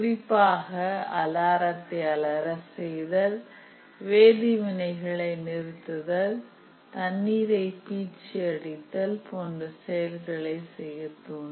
குறிப்பாக அலாரத்தை அலர செய்தல் வேதி வினைகளை நிறுத்துதல் தண்ணீரை பீச்சி அடித்தல் போன்ற செயல்களை செய்யத்தூண்டும்